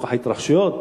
לנוכח ההתרחשויות,